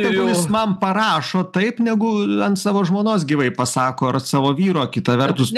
tegul jis man parašo taip negu ant savo žmonos gyvai pasako ar savo vyro kita vertus